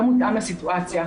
לא מותאם לסיטואציה,